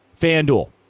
FanDuel